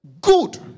good